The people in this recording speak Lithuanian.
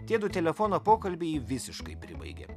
tiedu telefono pokalbiai jį visiškai pribaigė